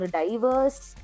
diverse